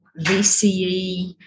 VCE